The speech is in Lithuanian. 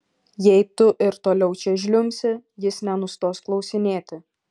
jeigu tu ir toliau čia žliumbsi jis nenustos klausinėti